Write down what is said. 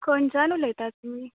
खंयच्यान उलयतात तुमी